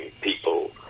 people